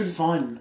fun